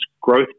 growth